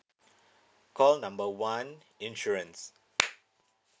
call number one insurance